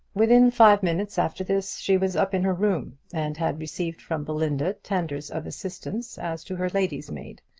within five minutes after this she was up in her room, and had received from belinda tenders of assistance as to her lady's maid.